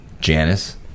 Janice